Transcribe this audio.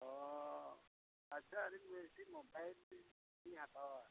ᱦᱮᱸ ᱟᱪᱪᱷᱟ ᱟᱹᱞᱤᱧ ᱢᱤᱫᱴᱤᱡ ᱢᱳᱵᱟᱭᱤᱞ ᱞᱤᱧ ᱦᱟᱛᱟᱣᱟ